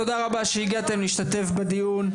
תודה רבה שהגעתם להשתתף בדיון.